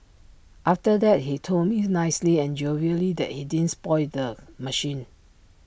after that he told me nicely and jovially that he didn't spoil the machine